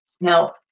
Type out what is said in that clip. Now